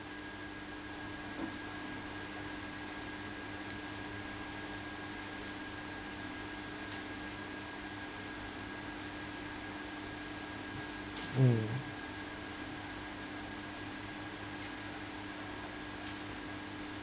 mm